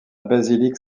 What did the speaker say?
basilique